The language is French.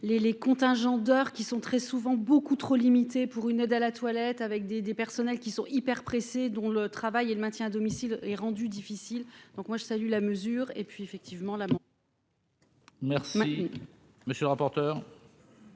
les contingents d'heures qui sont très souvent beaucoup trop limité pour une aide à la toilette avec des des personnels qui sont hyper pressés dont le travail et le maintien à domicile est rendu difficile, donc moi je salue la mesure et puis effectivement la. Merci, monsieur le rapporteur.